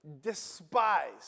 despised